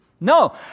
No